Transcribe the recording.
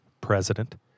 President